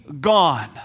gone